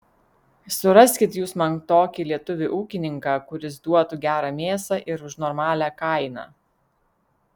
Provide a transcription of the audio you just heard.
suraskit jūs man tokį lietuvį ūkininką kuris duotų gerą mėsą ir už normalią kainą